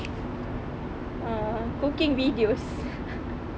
uh cooking videos